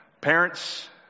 Parents